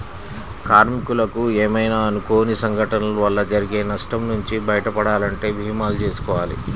కార్మికులకు ఏమైనా అనుకోని సంఘటనల వల్ల జరిగే నష్టం నుంచి బయటపడాలంటే భీమాలు చేసుకోవాలి